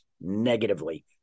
negatively